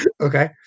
Okay